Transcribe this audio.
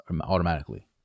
automatically